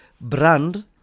brand